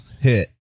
hit